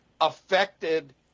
affected